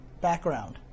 background